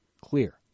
clear